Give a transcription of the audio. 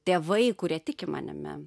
tėvai kurie tiki manimi